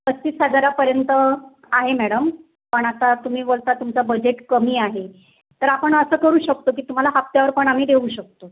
पस्तीस हजारापर्यंत आहे मॅडम पण आता तुम्ही बोलता तुमचा बजेट कमी आहे तर आपण असं करू शकतो की तुम्हाला हप्त्यावर पण आम्ही देऊ शकतो